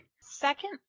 Second